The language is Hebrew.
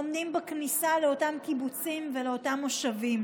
עומדים בכניסה לאותם קיבוצים ולאותם מושבים.